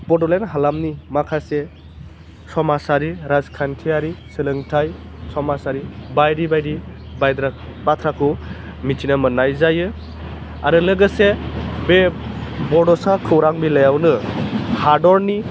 बड'लेण्ड हालामनि माखासे समाजारि राजखान्थियारि सोलोंथाइ समाजारि बायदि बायदि बायब्रेट बाथ्राखौ मिथिनो मोन्नाय जायो आरो लोगोसे बे बड'सा खौरां बिलाइयावनो हादरनि